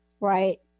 right